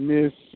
Miss